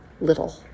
little